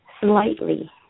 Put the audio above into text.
slightly